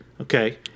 Okay